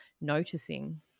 noticing